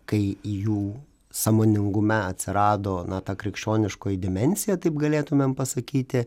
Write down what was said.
kai jų sąmoningume atsirado na ta krikščioniškoji dimensija taip galėtumėm pasakyti